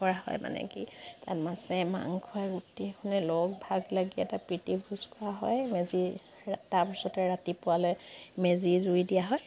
কৰা হয় মানে কি তাত মাছে মাংসই গোটেইখনে লগে ভাগে এটা প্ৰীতি ভোজ খোৱা হয় মেজি তাৰপিছতে ৰাতিপুৱালে মেজিত জুই দিয়া হয়